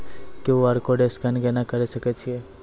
QR code scan केना करै सकय छियै?